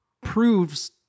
proves